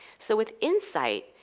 so with insight,